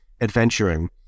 adventuring